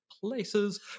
places